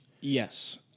Yes